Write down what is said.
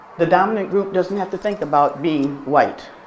the dominant group doesn't have to think about being white,